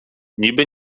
niby